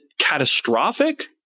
catastrophic